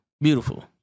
Beautiful